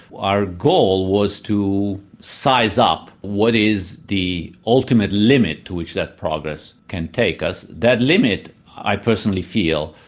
our goal was to size up what is the ultimate limit to which that progress can take us. that limit, i personally feel,